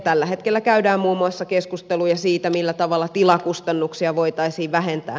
tällä hetkellä käydään muun muassa keskusteluja siitä millä tavalla tilakustannuksia voitaisiin vähentää